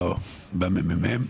בממ"מ,